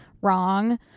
wrong